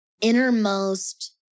innermost